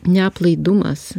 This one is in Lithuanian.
ne aplaidumas